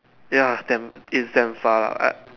ya damn is damn far lah I